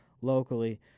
locally